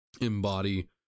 embody